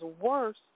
worse